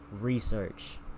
research